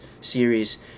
series